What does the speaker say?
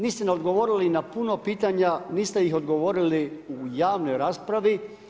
Niste ni odgovorili na puno pitanja, niste ih odgovorili u javnoj raspravi.